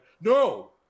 no